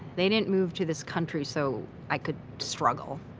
they didn't move to this country so i could struggle.